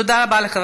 תודה רבה לחבר